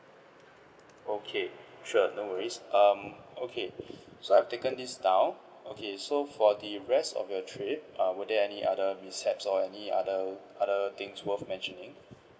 okay sure no worries um okay so I've taken this now okay so for the rest of your trip err were there any other mishaps or any other other things worth mentioning